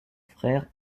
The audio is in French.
frère